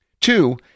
Two-